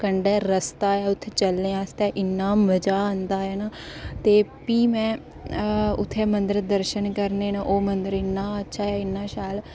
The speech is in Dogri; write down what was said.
कंढै रस्ता ऐ उत्थै चलने आस्तै इ'न्ना मज़ा आंदा ऐ ना प्ही में उत्थेै मंदर दर्शन करने न ओह् मंदर इ'न्ना अच्छा ऐ इ'न्ना शैल